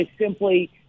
simply